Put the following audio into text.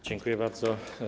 Dziękuję bardzo.